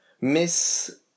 miss